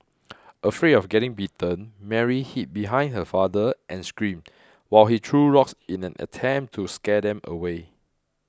afraid of getting bitten Mary hid behind her father and screamed while he threw rocks in an attempt to scare them away